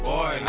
Boy